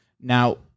Now